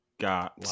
got